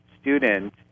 student